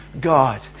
God